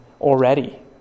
already